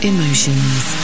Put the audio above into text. Emotions